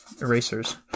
erasers